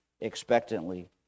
expectantly